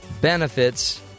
benefits